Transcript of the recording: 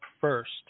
first